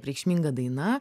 reikšminga daina